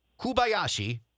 Kubayashi